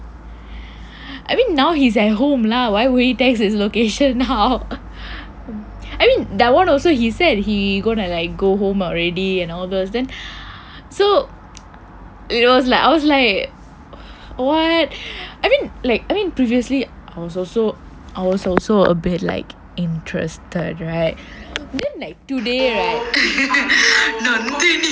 I mean now he's at home lah why would text his location how I mean that one also he said he gonna like go home already and all those then so it was like I was like what I mean like I mean previously I was also I was also a bit like interested right then like today right